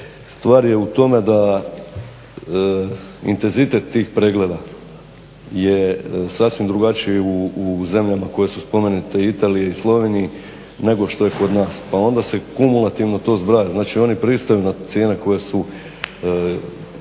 stvar je u tome da intenzitet tih pregleda je sasvim drugačiji u zemljama koje su spomenute, Italiji i Sloveniji nego što je kod nas pa onda se kumulativno to zbraja, znači oni pristaju na cijene koje su